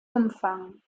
umfang